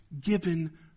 given